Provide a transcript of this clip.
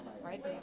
right